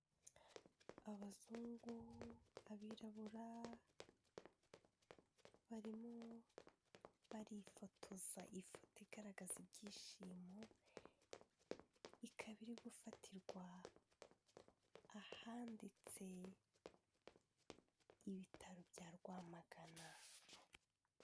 Abazungu, abirabura barimo barifotoza ifoto igaragaza ibyishimo, ikaba iri gufatirwa ahanditse ibitaro bya Rwamagana.